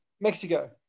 Mexico